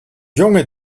jonge